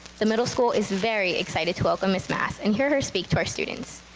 the middle school is very excited to welcome miss mass and hear her speak to our students.